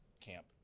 camp